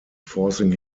forcing